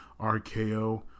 RKO